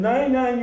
99